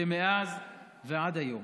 שמאז ועד היום,